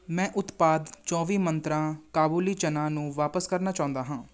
ਮੈਂ ਉਤਪਾਦ ਚੌਵੀ ਮੰਤਰਾ ਕਾਬੁਲੀ ਚਨਾ ਨੂੰ ਵਾਪਿਸ ਕਰਨਾ ਚਾਹੁੰਦਾ ਹਾਂ